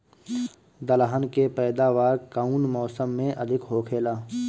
दलहन के पैदावार कउन मौसम में अधिक होखेला?